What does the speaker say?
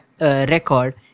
record